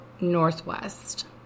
Northwest